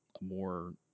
more